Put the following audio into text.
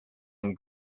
and